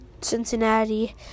Cincinnati